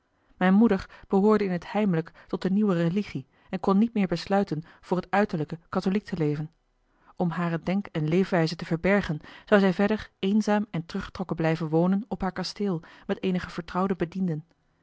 mijne moeder behoorde in t heimelijk tot de nieuwe religie en kon niet meer besluiten voor het uiterlijke katholiek te leven om hare denk en leefwijze te verbergen zou zij verder eenzaam en teruggetrokken blijven wonen op haar kasteel met eenige vertrouwde bedienden